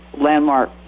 landmark